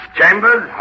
Chambers